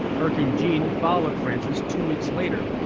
hurricane jeanne followed frances two weeks later.